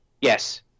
Yes